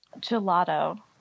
Gelato